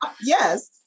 Yes